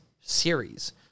series